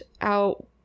out